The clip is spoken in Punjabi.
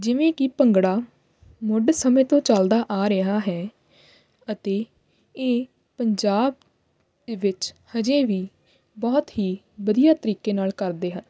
ਜਿਵੇਂ ਕਿ ਭੰਗੜਾ ਮੁੱਢ ਸਮੇਂ ਤੋਂ ਚੱਲਦਾ ਆ ਰਿਹਾ ਹੈ ਅਤੇ ਇਹ ਪੰਜਾਬ ਦੇ ਵਿੱਚ ਹਜੇ ਵੀ ਬਹੁਤ ਹੀ ਵਧੀਆ ਤਰੀਕੇ ਨਾਲ ਕਰਦੇ ਹਨ